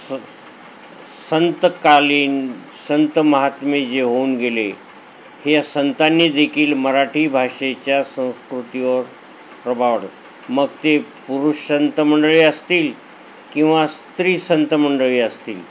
स संतकालीन संत महात्मे जे होऊन गेले ह्या संतांनीदेखील मराठी भाषेच्या संस्कृतीवर प्रभाव मग ते पुरुष संतमंडळी असतील किंवा स्त्री संतमंडळी असतील